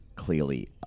Clearly